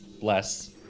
Bless